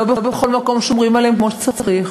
לא בכל מקום שומרים עליהם כמו שצריך,